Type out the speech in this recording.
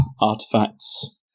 artifacts